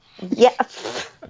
Yes